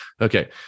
Okay